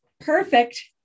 Perfect